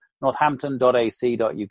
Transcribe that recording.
northampton.ac.uk